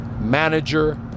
manager